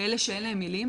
כאלה שאין להן מילים,